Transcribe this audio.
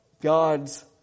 God's